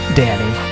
danny